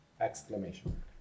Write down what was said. exclamation